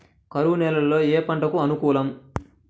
కరువు నేలలో ఏ పంటకు అనుకూలం?